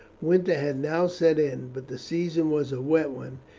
winter had now set in, but the season was a wet one,